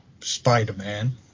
Spider-Man